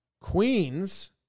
Queens